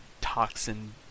Toxin